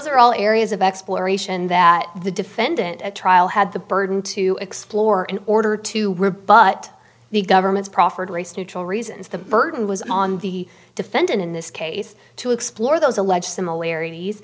are all areas of exploration that the defendant at trial had the burden to explore in order to rebut the government's proffered race neutral reasons the burden was on the defendant in this case to explore those alleged similarities